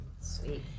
Sweet